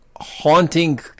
haunting